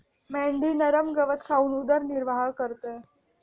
मेंढी नरम गवत खाऊन उदरनिर्वाह करते